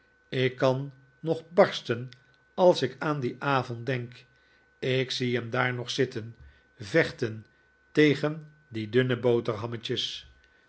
ik kan nog barsten als ik aan dien avond denk ik zie hem daar nog zitten vechten tegen die dunne boterhammetjes